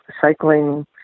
Cycling